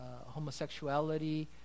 homosexuality